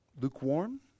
Lukewarm